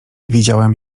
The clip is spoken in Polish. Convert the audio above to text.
widziałem